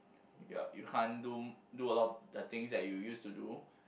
you're you can't do do a lot of the things you used to do